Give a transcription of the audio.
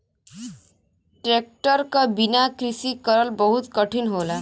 tractor क बिना कृषि करल बहुत कठिन होला